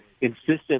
insistent